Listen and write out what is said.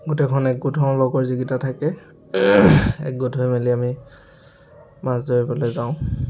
গোটেইখন একগোট হওঁ লগৰ যিকেইটা থাকে একগোট হৈ মেলি আমি মাছ ধৰিবলৈ যাওঁ